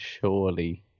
surely